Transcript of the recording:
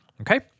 okay